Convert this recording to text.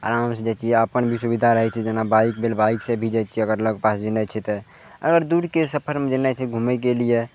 आरामसँ जैतियै अपनभी सुविधा रहय छै जेना बाइक भेल बाइकसँ भी जैतियै अगर लग पास जेनाइ छै तऽ अगर दूरके सफरमे जेनाइ छै घुमयके लिये